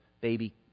baby